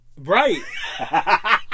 Right